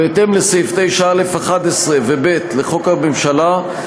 בהתאם לסעיף 9(א)(11) ו־(ב) לחוק הממשלה,